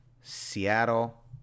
seattle